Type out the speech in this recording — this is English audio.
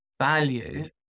value